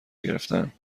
گرفتن